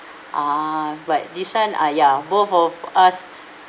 ah but this one ah ya both of us